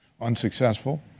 unsuccessful